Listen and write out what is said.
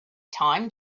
time